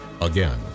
Again